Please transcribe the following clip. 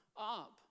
up